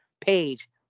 page